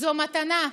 זו מתנה.